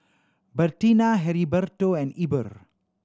Bertina Heriberto and Eber